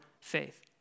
faith